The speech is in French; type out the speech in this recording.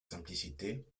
simplicité